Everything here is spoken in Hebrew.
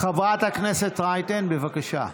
חברת הכנסת רייטן, בבקשה.